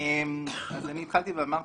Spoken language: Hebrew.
--- אני התחלתי ואמרתי,